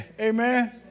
Amen